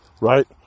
right